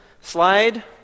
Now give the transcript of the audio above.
slide